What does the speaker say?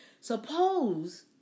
Suppose